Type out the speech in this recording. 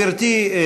גברתי,